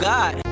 God